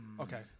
Okay